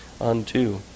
unto